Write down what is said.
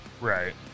Right